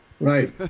Right